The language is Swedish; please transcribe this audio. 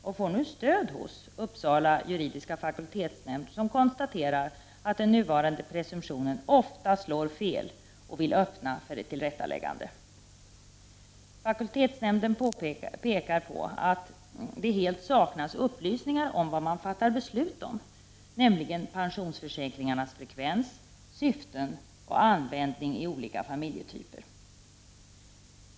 De får nu stöd hos Uppsala universitets juridiska fakultetsnämnd som konstaterar att den nuvarande presumptionen ofta slår fel. Man vill därför öppna för ett tillrättaläggande. Fakultetsnämnden pekar på att det helt saknas upplysningar om vad man fattar beslut om, nämligen pensionsförsäkringarnas frekvens, syften och användning i olika familjetyper.